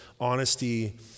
honesty